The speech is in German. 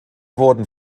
wurden